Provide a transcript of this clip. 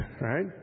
Right